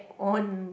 on